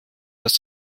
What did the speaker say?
dass